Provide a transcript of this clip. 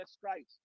christ